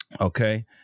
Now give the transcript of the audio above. Okay